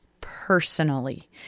personally